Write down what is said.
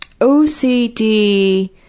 OCD